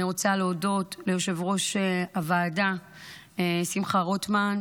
אני רוצה להודות ליושב-ראש הוועדה שמחה רוטמן,